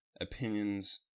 opinions